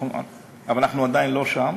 אבל אנחנו עדיין לא שם.